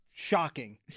Shocking